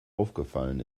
aufgefallen